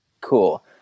cool